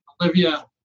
Olivia